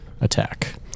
attack